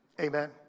amen